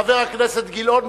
חבר הכנסת גילאון,